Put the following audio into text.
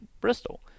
Bristol